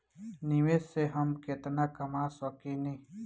निवेश से हम केतना कमा सकेनी?